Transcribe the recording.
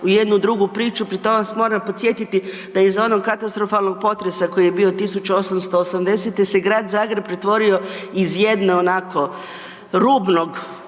u jednu drugu, pri tome vas moram podsjetiti da iz onog katastrofalnog potresa koji je bio 1880. se grad Zagreba pretvorio iz jedne onako, rubnog